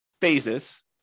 phases